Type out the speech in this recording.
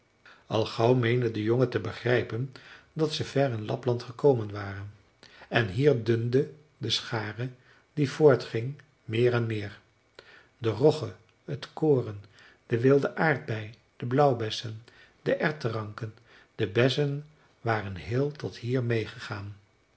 al gauw meende de jongen te begrijpen dat ze ver in lapland gekomen waren en hier dunde de schare die voortging meer en meer de rogge het koren de wilde aardbei de blauwbessen de erwtenranken de bessen waren heel tot hier meêgegaan